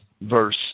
verse